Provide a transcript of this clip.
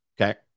Okay